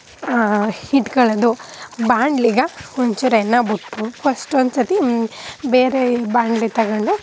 ಹಾಂ ಹಿಟ್ಕೊಳ್ಳೋದು ಬಾಣಲೆಗೆ ಒಂಚೂರು ಎಣ್ಣೆ ಬಿಟ್ಬಿಟ್ಟು ಫಸ್ಟ್ ಒಂದ್ಸರ್ತಿ ಬೇರೇ ಬಾಣಲೆ ಗಂಡು